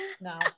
No